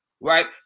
right